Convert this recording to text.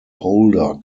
holder